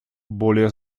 более